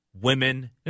women